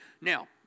Now